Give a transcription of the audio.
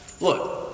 Look